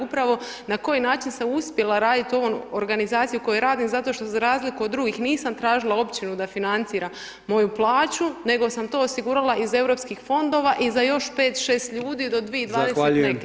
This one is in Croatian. Upravo na koji način sam uspjela rad u ovom organizaciju koju radim zato što za razliku od drugih nisam tražila općinu da financira moju plaću, nego sam to osigurala iz Europskih fondova i za još 5, 6 ljudi do 2020. neke tako.